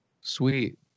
Sweet